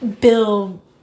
bill